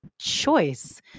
choice